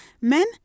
Men